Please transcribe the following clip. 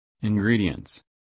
Ingredients